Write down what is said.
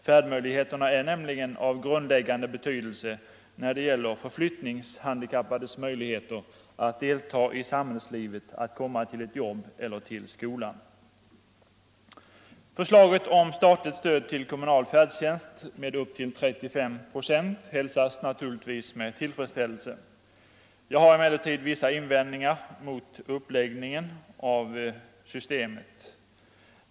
Färdmöjligheterna är nämligen av grundläggande betydelse för förflyttningshandikappades möjligheter att delta i samhällslivet, att ta sig till ett arbete eller till skolan. Förslaget om statligt stöd med upp till 35 procent till kommunal färdtjänst hälsas naturligtvis med tillfredsställelse. Jag har emellertid vissa invändningar mot uppläggningen av systemet.